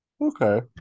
Okay